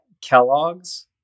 kellogg's